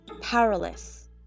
powerless